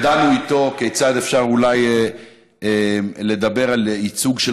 דנו איתו כיצד אפשר לדבר על ייצוג של